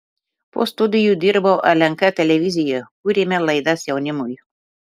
po studijų dirbau lnk televizijoje kūrėme laidas jaunimui